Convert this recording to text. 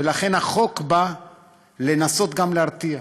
ולכן החוק בא לנסות גם להרתיע.